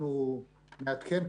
אנחנו נעדכן,